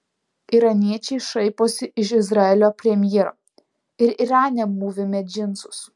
iraniečiai šaiposi iš izraelio premjero ir irane mūvime džinsus